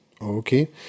Okay